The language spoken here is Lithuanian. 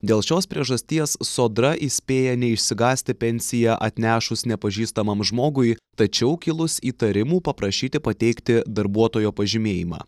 dėl šios priežasties sodra įspėja neišsigąsti pensiją atnešus nepažįstamam žmogui tačiau kilus įtarimų paprašyti pateikti darbuotojo pažymėjimą